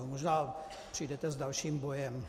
Možná přijdete s dalším bojem.